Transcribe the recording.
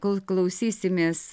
kol klausysimės